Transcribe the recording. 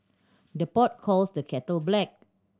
the pot calls the kettle black